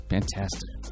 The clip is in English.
Fantastic